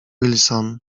wilson